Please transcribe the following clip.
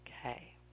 Okay